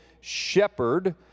shepherd